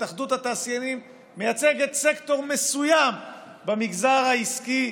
התאחדות התעשיינים מייצגת סקטור מסוים במגזר העסקי,